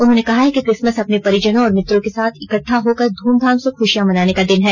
उन्होंने कहा है कि क्रिसमस अपने परिजनों और मित्रों के साथ इकट्टा होकर धूमधाम से खुशियां मनाने का दिन है